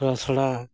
ᱛᱷᱚᱲᱟ ᱛᱷᱚᱲᱟ